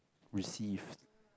received